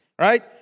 right